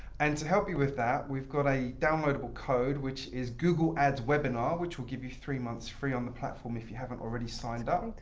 and to help you with that, we've got a downloadable code, which is google ads webinar, which will give you three months free on the platform if you haven't already signed up.